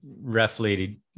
roughly